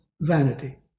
vanity